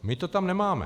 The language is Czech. My to tam nemáme.